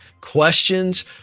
questions